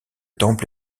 temple